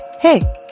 Hey